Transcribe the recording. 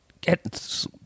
get